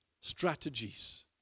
Strategies